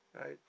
right